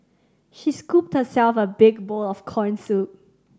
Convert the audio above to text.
she scooped herself a big bowl of corn soup